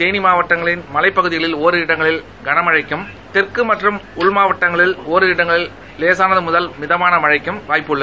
தேனி மாவட்டங்களின் மலைப் பகுதிகளில் ஒரிரு இடங்களில் கனமழைக்கும் தெற்கு மற்றம் உள் மாவட்டங்களில் ஒரு சில இடங்களில் லேசானது முதல் மினதமான மழைக்கும் வாய்ட்பு உள்ளது